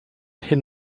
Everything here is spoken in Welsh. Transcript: hyn